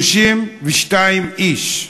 32 איש.